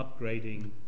upgrading